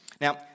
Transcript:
Now